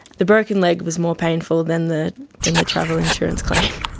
the broken leg was more painful than the than the travel insurance claim.